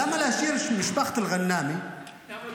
למה